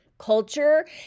culture